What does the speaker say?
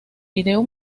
video